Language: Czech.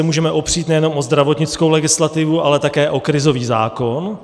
Můžeme se opřít nejenom o zdravotnickou legislativu, ale také o krizový zákon.